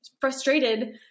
frustrated